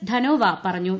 ്ധനോവ പറഞ്ഞു